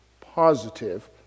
positive